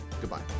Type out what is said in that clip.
Goodbye